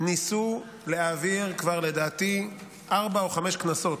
ניסו להעביר לדעתי כבר ארבע או חמש כנסות,